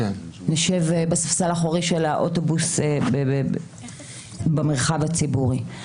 נשב בספסל האחורי של האוטובוס במרחב הציבורי.